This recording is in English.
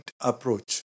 approach